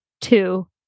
two